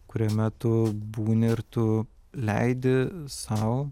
kuriame tu būni ir tu leidi sau